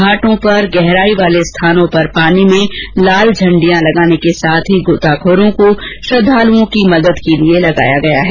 घाटों पर गहराई वाले स्थानों पर पानी में लाल झंडियां लगाने के साथ ही गोताखोरों को श्रद्वालुओं की मदद के लिए लगाया गया है